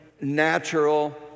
natural